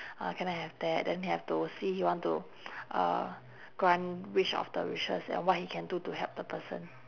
uh can I have that then he have to see he want to uh grant which of the wishes and what he can do to help the person